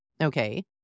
Okay